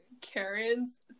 Karens